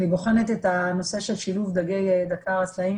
אני בוחנת את הנושא של שילוב דגי דקר הסלעים